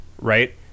Right